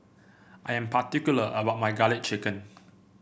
I am particular about my garlic chicken